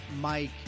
Mike